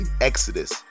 Exodus